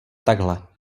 takhle